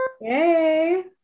Yay